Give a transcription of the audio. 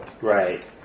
Right